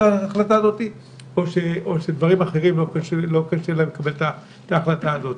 ההחלטה הזאת או שגורמים אחרים קשה להם לקבל את ההחלטה הזאת,